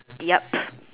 yup